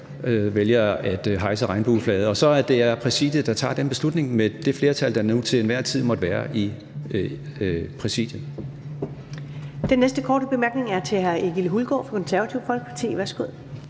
vælger at hejse Regnbueflaget, og at det er Præsidiet, der tager den beslutning – med det flertal, der nu til enhver tid måtte være i Præsidiet.